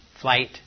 flight